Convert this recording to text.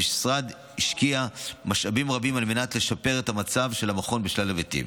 המשרד השקיע משאבים רבים על מנת לשפר את המצב של המכון בשלל היבטים.